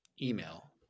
email